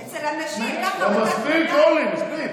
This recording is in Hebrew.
אצל הנשים, מספיק, אורלי, מספיק.